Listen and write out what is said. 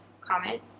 comment